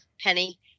Penny